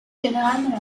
généralement